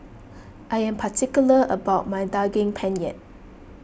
I am particular about my Daging Penyet